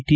T